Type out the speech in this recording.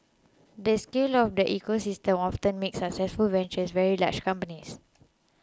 the scale of the ecosystem often makes successful ventures very large companies